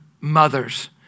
mothers